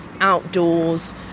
outdoors